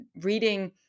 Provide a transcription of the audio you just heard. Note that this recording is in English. Reading